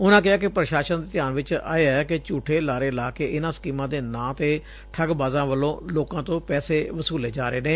ਉਨ੍ਹਾ ਕਿਹਾ ਕਿ ਪ੍ਰਸ਼ਾਸਨ ਦੇ ਧਿਆਨ ਵਿਚ ਆਇਐ ਕਿ ਝੂਠੇ ਲਾਰੇ ਲਾ ਕੇ ਇਨੂਾਂ ਸਕੀਮਾਂ ਦੇ ਨਾਂ ਤੇ ਠੱਗਬਾਜ਼ਾਂ ਵੱਲੋਂ ਲੋਕਾਂ ਤੋਂ ਪੈਸੇ ਵਸੁਲੇ ਜਾ ਰਹੇ ਨੇ